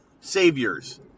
saviors